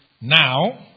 now